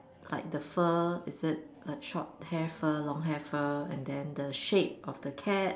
like the fur is it a short hair fur long hair fur and then the shape of the cat